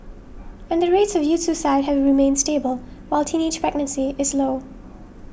and the rates of youth suicide have remained stable while teenage pregnancy is low